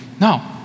No